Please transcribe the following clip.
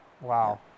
wow